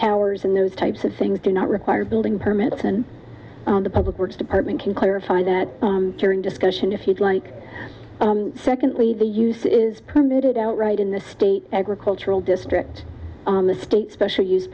towers and those types of things do not require building permits and the public works department can clarify that turn discussion if you'd like secondly the use is permitted out right in the state agricultural district the state special use